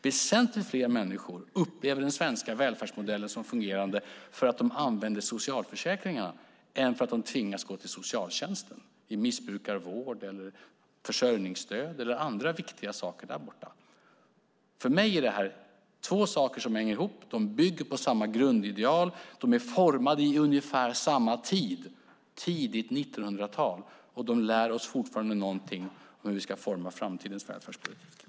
Väsentligt fler människor upplever den svenska välfärdsmodellen som fungerande därför att de använder socialförsäkringarna än därför att de tvingas gå till socialtjänsten för missbrukarvård, försörjningsstöd eller andra viktiga saker där borta. För mig är detta två saker som hänger ihop. De bygger på samma grundideal. De är formade i ungefär samma tid - tidigt 1900-tal - och de lär oss fortfarande någonting om hur vi ska forma framtidens välfärdspolitik.